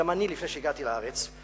גם לפני שהגעתי אני לארץ,